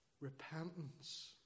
Repentance